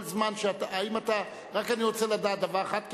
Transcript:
אני רק רוצה לדעת דבר אחד,